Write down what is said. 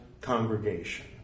congregation